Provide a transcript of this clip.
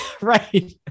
right